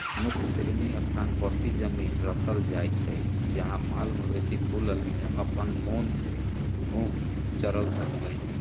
मुक्त श्रेणी स्थान परती जमिन रखल जाइ छइ जहा माल मवेशि खुलल में अप्पन मोन से घुम कऽ चरलक